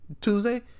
tuesday